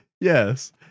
Yes